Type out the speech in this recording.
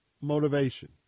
motivation